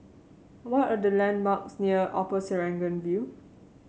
what are the landmarks near Upper Serangoon View